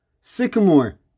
Sycamore